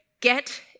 get